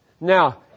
Now